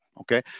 okay